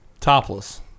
topless